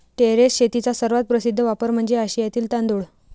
terrace शेतीचा सर्वात प्रसिद्ध वापर म्हणजे आशियातील तांदूळ